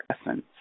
essence